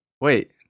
Wait